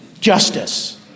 justice